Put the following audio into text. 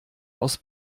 aus